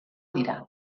dira